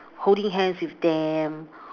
holding hands with them